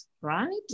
right